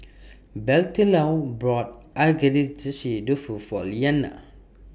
Bettylou brought Agedashi Dofu For Liliana